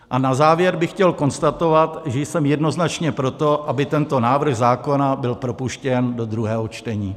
A na závěr bych chtěl konstatovat, že jsem jednoznačně pro to, aby tento návrh zákona byl propuštěn do druhého čtení.